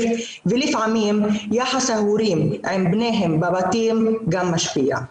ולפעמים יחס ההורים עם בניהם בבתים גם משפיע.